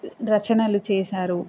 రచనలు చేసారు